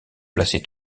placer